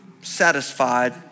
satisfied